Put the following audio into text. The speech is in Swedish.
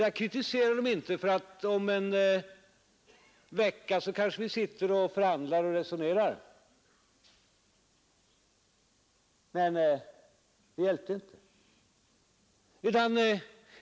Jag kritiserade dem alltså inte, i tanken att om en vecka kanske vi sitter och förhandlar och resonerar. Men det hjälpte inte.